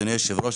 אדוני היושב-ראש,